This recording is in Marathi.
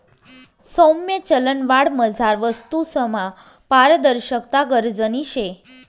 सौम्य चलनवाढमझार वस्तूसमा पारदर्शकता गरजनी शे